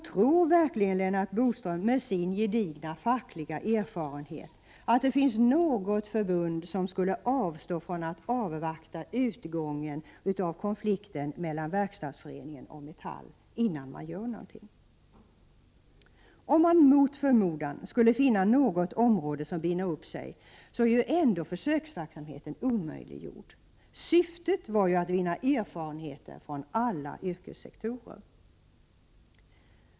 Tror verkligen Lennart Bodström, med sin gedigna fackliga erfarenhet, att det finns något förbund som skulle avstå från att avvakta utgången av konflikten mellan Verkstadsföreningen och Metall innan man gör något? Om man mot förmodan skulle finna något område som binder upp sig, är ändå försöksverksamheten omöjliggjord. Syftet var ju att vinna erfarenheter från alla yrkessektorer.